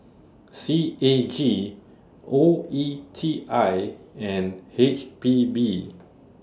C A G O E T I and H P B